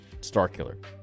Starkiller